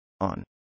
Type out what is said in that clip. On